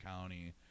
County